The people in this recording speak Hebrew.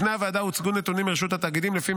בפני הוועדה הוצגו נתונים מרשות התאגידים שלפיהם